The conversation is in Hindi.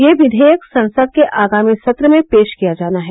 ये विवेयक संसद के आगामी सत्र में पेश किया जाना है